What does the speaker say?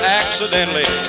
accidentally